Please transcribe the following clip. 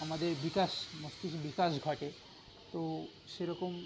আমাদের বিকাশ মস্তিষ্কের বিকাশ ঘটে তো সেরকম